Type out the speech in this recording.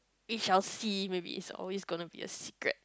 we shall see maybe it's always gonna be a secret